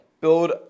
Build